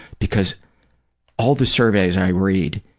because all the surveys i read,